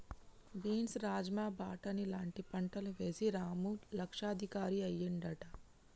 beans rajma బాటని లాంటి పంటలు వేశి రాము లక్షాధికారి అయ్యిండట